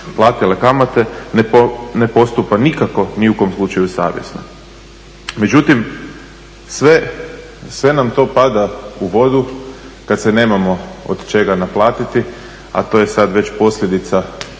ne postupa nikako ni u kojem slučaju savjesno. Međutim, sve nam to pada u vodu kad se nemamo od čega naplatiti, a to je sad već posljedica